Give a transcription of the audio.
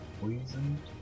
poisoned